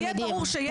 שיהיה ברור,